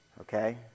Okay